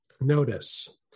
Notice